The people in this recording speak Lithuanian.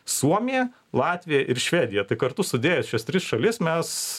suomija latvija ir švedija tai kartu sudėjus šias tris šalis mes